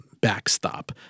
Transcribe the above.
backstop